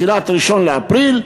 1 באפריל,